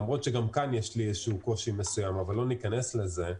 למרות שגם כאן יש לי קושי מסוים אבל לא ניכנס לזה.